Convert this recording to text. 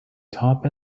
top